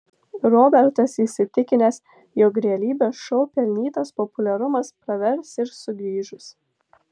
robertas įsitikinęs jog realybės šou pelnytas populiarumas pravers ir sugrįžus